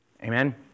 Amen